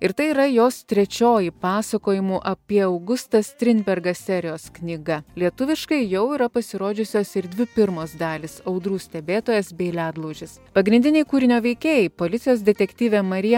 ir tai yra jos trečioji pasakojimų apie augustą strindbergą serijos knyga lietuviškai jau yra pasirodžiusios ir dvi pirmos dalys audrų stebėtojas bei ledlaužis pagrindiniai kūrinio veikėjai policijos detektyvė marija